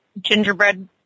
gingerbread